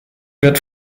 wird